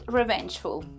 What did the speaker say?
revengeful